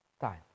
time